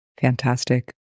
Fantastic